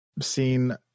seen